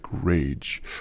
rage